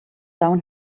down